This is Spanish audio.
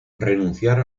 renunciar